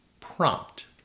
prompt-